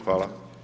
Hvala.